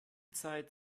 zeit